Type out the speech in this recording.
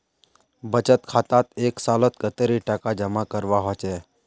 बचत खातात एक सालोत कतेरी टका जमा करवा होचए?